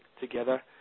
together